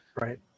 right